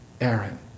Aaron